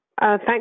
Thank